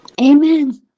Amen